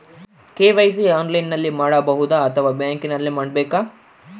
KYC ಆನ್ಲೈನಲ್ಲಿ ಮಾಡಬಹುದಾ ಅಥವಾ ಬ್ಯಾಂಕಿನಲ್ಲಿ ಮಾಡ್ಬೇಕಾ?